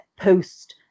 post